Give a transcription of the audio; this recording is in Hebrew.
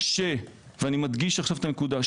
ואני מדגיש עכשיו את הנקודה,